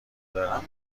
دارم